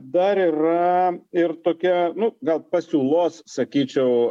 dar yra ir tokia nu gal pasiūlos sakyčiau